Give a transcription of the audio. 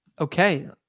Okay